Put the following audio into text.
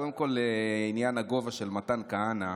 קודם כול עניין הגובה של מתן כהנא,